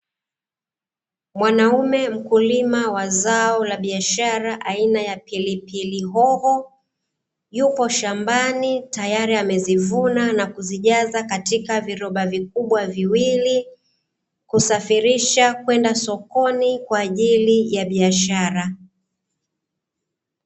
Mwanaume mkulima wa zao la biashara aina ya pilpili hoho, yupo shambani tayari amezivuna na kuzijaza katika viroba vikubwa viwili, kusafirisha kwenda sokoni kwa ajili ya biashara.